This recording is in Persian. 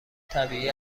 طبیعی